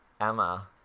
Emma